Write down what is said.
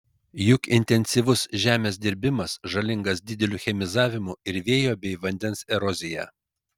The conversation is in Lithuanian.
juk intensyvus žemės dirbimas žalingas dideliu chemizavimu ir vėjo bei vandens erozija